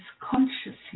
consciously